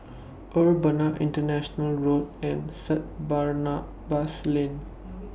Urbana International Road and Saint Barnabas Lane